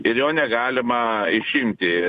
ir jo negalima išimti